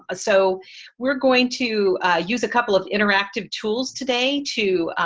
ah so we're going to use a couple of interactive tools today to